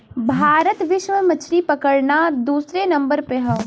भारत विश्व में मछरी पकड़ना दूसरे नंबर पे हौ